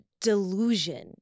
delusion